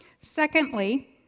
Secondly